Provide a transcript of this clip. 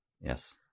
Yes